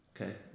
Okay